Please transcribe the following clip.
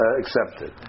accepted